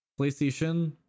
PlayStation